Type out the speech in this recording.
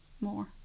more